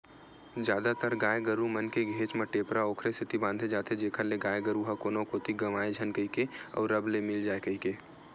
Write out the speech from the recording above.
जादातर गाय गरु मन के घेंच म टेपरा ओखरे सेती बांधे जाथे जेखर ले गाय गरु ह कोनो कोती गंवाए झन कहिके अउ रब ले मिल जाय कहिके